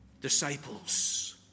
disciples